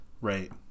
right